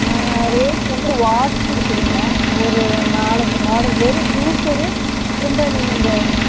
rate வந்து watts இருக்குதுங்க ஒரு நாலஞ்சு மாடல் வெறும் ஜூஸரு திரும்ப நீங்கள் இந்த